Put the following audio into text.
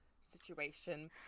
situation